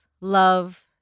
love